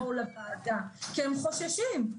כי הם חוששים.